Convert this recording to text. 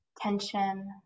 tension